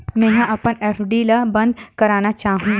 मेंहा अपन एफ.डी ला बंद करना चाहहु